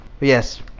yes